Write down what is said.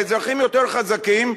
האזרחים יותר חזקים,